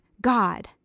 God